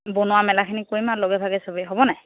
বনোৱা মেলাখিনি কৰিম আৰু লগে ভাগে সবেই হ'ব নাই